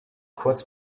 kurz